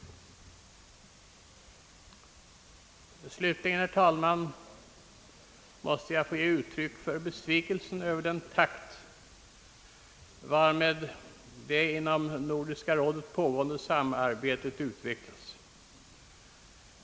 Slutligen, herr talman, måste jag få ge uttryck för besvikelse över den takt varmed det inom Nordiska rådet pågående samarbetet utvecklas.